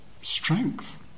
strength